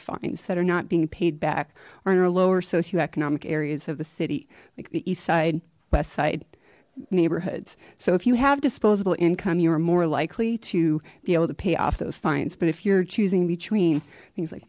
fines that are not being paid back are in our lower socioeconomic areas of the city like the eastside westside neighborhoods so if you have display income you are more likely to be able to pay off those fines but if you're choosing between things like